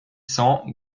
cents